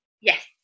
Yes